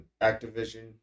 Activision